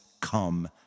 come